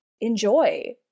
enjoy